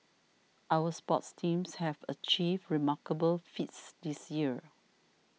our sports teams have achieved remarkable feats this year